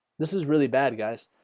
this is really bad guys?